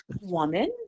woman